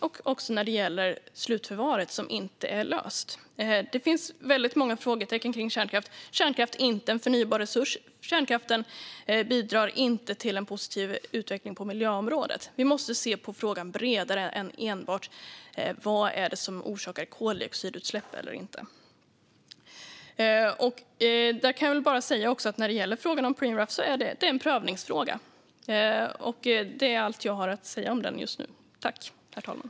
Det gäller även slutförvaringen, som inte är löst. Det finns väldigt många frågetecken kring kärnkraft. Kärnkraften är inte en förnybar resurs och bidrar inte till en positiv utveckling på miljöområdet. Vi måste titta bredare på frågan än enbart på vad som orsakar eller inte orsakar koldioxidutsläpp. När det gäller Preemraff kan jag bara säga att det är en prövningsfråga. Det är allt jag har att säga om det just nu.